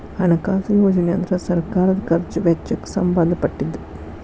ಹಣಕಾಸು ಯೋಜನೆ ಅಂದ್ರ ಸರ್ಕಾರದ್ ಖರ್ಚ್ ವೆಚ್ಚಕ್ಕ್ ಸಂಬಂಧ ಪಟ್ಟಿದ್ದ